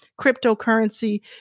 cryptocurrency